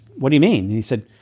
what do you mean? he said,